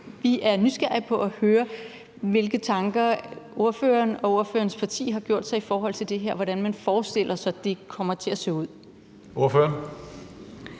Vi er nysgerrige på at høre, hvilke tanker ordføreren og ordførerens parti har gjort sig i forhold til det her, og hvordan man forestiller sig det kommer til at se ud. Kl.